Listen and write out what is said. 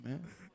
man